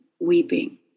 weeping